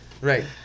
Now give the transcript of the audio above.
Right